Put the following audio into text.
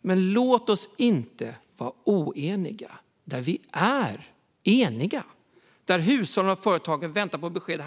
Men låt oss inte vara oeniga där vi är eniga nu när hushåll och företag väntar på besked.